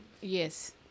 Yes